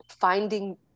finding